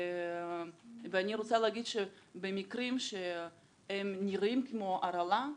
ואני רוצה להגיד שבמקרים שהם נראים כמו הרעלה,